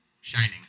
shining